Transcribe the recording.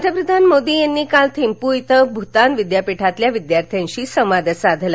पंतप्रधान मोदी यांनी काल थिंपु इथं भूतान विद्यापीठातील विद्यार्थ्यांशी संवाद साधला